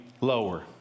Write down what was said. lower